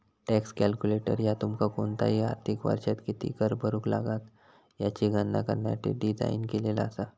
tax calculator ह्या तुमका कोणताही आर्थिक वर्षात किती कर भरुक लागात याची गणना करण्यासाठी डिझाइन केलेला असा